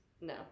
No